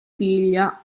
piglia